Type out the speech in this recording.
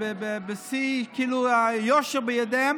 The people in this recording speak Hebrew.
כאילו בשיא היושר בידיהם,